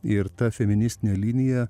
ir ta feministinė linija